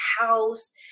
house